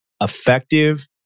effective